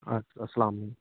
اَدٕ سا اسلام علیکُم